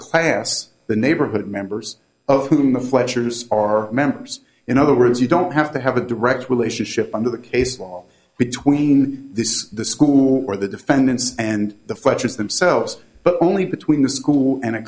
class the neighborhood members of whom the fletchers are members in other words you don't have to have a direct relationship under the case law between the school or the defendants and the fighters themselves but only between the school and a